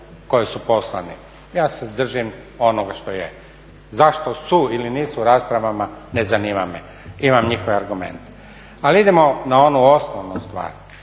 koji su poslani. Ja se držim onoga što je. Zašto su ili nisu u raspravama ne zanima me, imam njihove argumente. Ali idemo na onu osnovnu stvar,